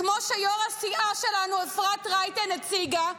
כמו שיושבת-ראש הסיעה שלנו, אפרת רייטן, הציגה.